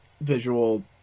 visual